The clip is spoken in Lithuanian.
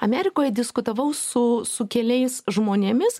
amerikoj diskutavau su su keliais žmonėmis